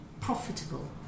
profitable